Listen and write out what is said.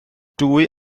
dwy